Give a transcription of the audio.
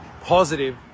positive